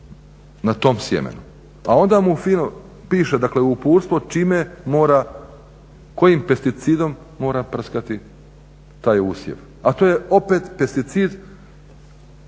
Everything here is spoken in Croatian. na tom sjemenu. Pa onda mu fino piše u uputstvu čime mora, kojim pesticidom mora prskati taj usjev, a to je opet pesticid,